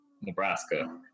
Nebraska